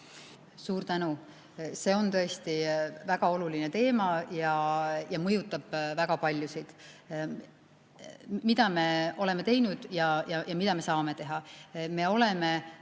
Suur tänu! See on tõesti väga oluline teema ja mõjutab väga paljusid. Mida me oleme teinud ja mida me saame teha? Me oleme